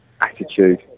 attitude